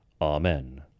Amen